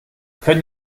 können